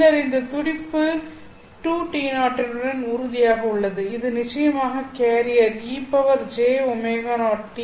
பின்னர் இந்த துடிப்பு 2T0 உடன் உறுதியாக உள்ளது இது நிச்சயமாக கேரியர் e jω0t